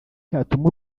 cyatuma